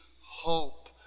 hope